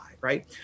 right